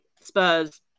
Spurs